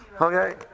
okay